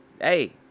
Hey